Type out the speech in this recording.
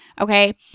okay